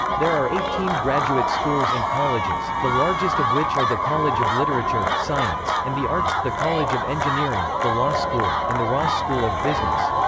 there are eighteen graduate schools and colleges, the largest of which are the college of literature, science, and the arts, the college of engineering, the law school, and the ross school of business.